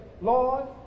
Lord